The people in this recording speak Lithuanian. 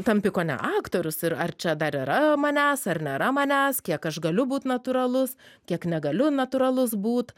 tampi kone aktorius ir ar čia dar yra manęs ar nėra manęs kiek aš galiu būt natūralus kiek negaliu natūralus būt